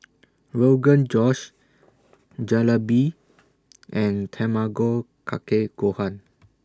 Rogan Josh Jalebi and Tamago Kake Gohan